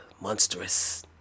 monstrous